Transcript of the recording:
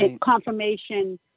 confirmation